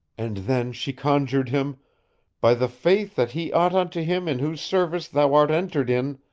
and then she conjured him by the faith that he ought unto him in whose service thou art entered in,